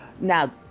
Now